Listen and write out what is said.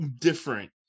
different